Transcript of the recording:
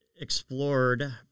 explored